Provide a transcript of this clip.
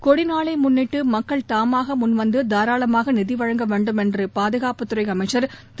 கொடி நாளை முன்னிட்டு மக்கள் தாமாக முன்வந்து தாராளமாக நிதி வழங்க வேண்டும் என்று பாதுகாப்புத் துறை அமைச்சர் திரு